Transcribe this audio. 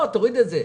תוריד את זה.